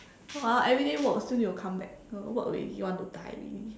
everyday work still need to come back work already want to die already